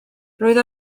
roedd